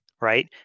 right